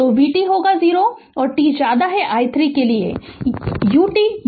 तो वीटी होगा 0 और t i 3 के लिए u t u t i 3 होगा 1